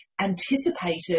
anticipated